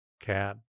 cat